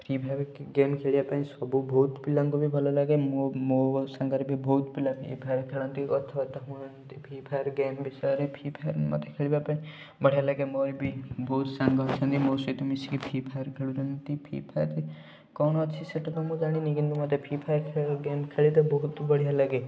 Free Fire game ଖେଳିବା ପାଇଁ ସବୁ ଭଉତ ପିଲାଙ୍କୁ ବି ଭଲ ଲାଗେ ମୋ ମୋ ସାଙ୍ଗରେ ବି ଭଉତ ପିଲା ଫିଫାୟାର୍ ଖେଳନ୍ତି କଥାବାର୍ତ୍ତା ହୁଅନ୍ତି ଫିଫାୟାର୍ ଗେମ୍ ବିଷୟରେ ଫିଫାୟାର୍ ମୋତେ ଖେଳିବା ପାଇଁ ବଢ଼ିଆ ଲାଗେ ମୋର ବି ବହୁତ ସାଙ୍ଗ ଅଛନ୍ତି ମୋ ସହିତ ମିଶିକି ଫିଫାୟାର୍ ଖେଳୁଛନ୍ତି ଫିଫାୟାର୍ ରେ କ'ଣ ଅଛି ସେଇଟା ତ ମୁଁ ଜାଣିନି କିନ୍ତୁ ମୋତେ ଫିଫାୟାର୍ ଖେଳ ଗେମ୍ ଖେଳିତେ ବହୁତ ବଢ଼ିଆ ଲାଗେ